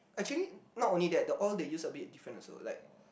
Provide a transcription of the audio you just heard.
actually not only that the oil they use a bit different also like